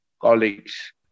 colleagues